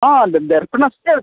हा दर्पणस्य